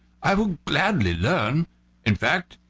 i will gladly learn in fact,